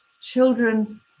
children